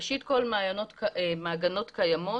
ראשית כל, מעגנות קיימות,